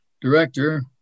director